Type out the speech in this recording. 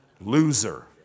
Loser